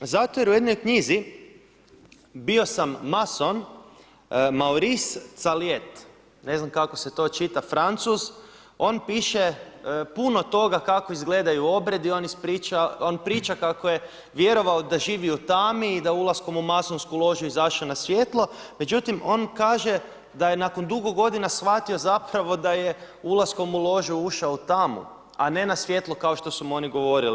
Zato jer u jednoj knjizi „Bio sam mason“ Maurice Caliet, ne znam kako se to čita Francuz, on piše puno toga kako izgledaju obredi, on priča kako je vjerovao da živi u tami i da ulaskom u masonsku ložu je izašao na svjetlo, međutim on kaže da je nakon dugo godina shvatio zapravo da je ulaskom u ložu ušao u tamu a ne na svjetlo kao što su mu oni govorili.